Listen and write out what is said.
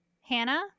Hannah